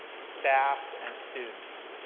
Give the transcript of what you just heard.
staff and students.